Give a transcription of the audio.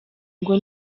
ingo